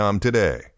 today